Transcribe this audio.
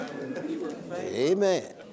Amen